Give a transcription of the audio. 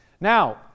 Now